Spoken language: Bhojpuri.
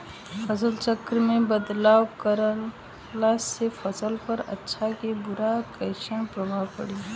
फसल चक्र मे बदलाव करला से फसल पर अच्छा की बुरा कैसन प्रभाव पड़ी?